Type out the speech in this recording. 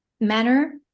manner